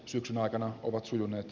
syksyn aikana ovat sujuneet